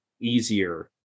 easier